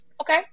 okay